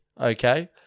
okay